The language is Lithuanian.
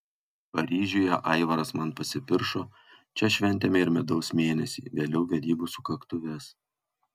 paryžiuje aivaras man pasipiršo čia šventėme ir medaus mėnesį vėliau vedybų sukaktuves